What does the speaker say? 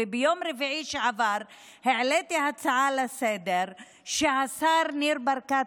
וביום רביעי שעבר העליתי הצעה לסדר-היום שהשר ניר ברקת,